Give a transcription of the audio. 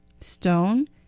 Stone